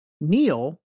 Neil